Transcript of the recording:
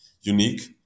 unique